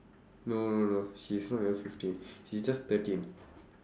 no no no she's not even fifteen she's just thirteen